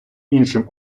іншим